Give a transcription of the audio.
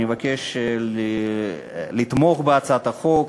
אני מבקש לתמוך בהצעת החוק.